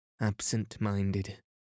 absent-minded